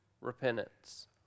repentance